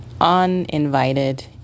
uninvited